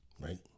Right